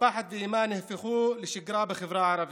הפחד והאימה נהפכו לשגרה בחברה הערבית.